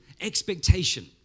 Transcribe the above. expectation